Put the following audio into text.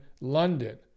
London